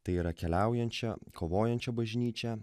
tai yra keliaujančią kovojančią bažnyčią